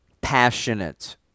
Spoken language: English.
passionate